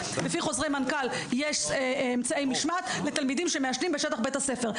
לפי חוזרי מנכ"ל יש אמצעי משמעת לתלמידים שמעשנים בשטח בית הספר.